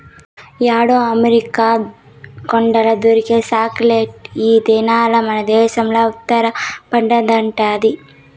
యాడో అమెరికా కొండల్ల దొరికే చాక్లెట్ ఈ దినాల్ల మనదేశంల ఉత్తరాన పండతండాది